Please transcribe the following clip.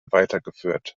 weitergeführt